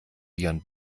viren